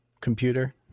computer